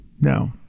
No